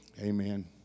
Amen